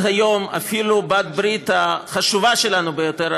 היום אפילו בעלת הברית החשובה שלנו ביותר,